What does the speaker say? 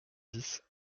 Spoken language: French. dix